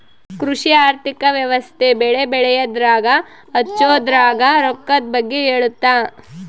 ಕೃಷಿ ಆರ್ಥಿಕ ವ್ಯವಸ್ತೆ ಬೆಳೆ ಬೆಳೆಯದ್ರಾಗ ಹಚ್ಛೊದ್ರಾಗ ರೊಕ್ಕದ್ ಬಗ್ಗೆ ಹೇಳುತ್ತ